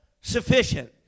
sufficient